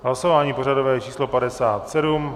Hlasování pořadové číslo 57.